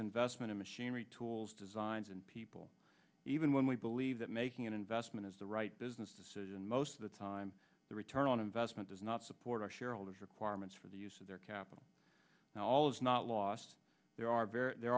investment in machinery tools designs and people even when we believe that making an investment is the right business decision most of the time the return on investment does not support our shareholders requirements for the use of their capital now all is not lost there are